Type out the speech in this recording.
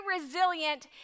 resilient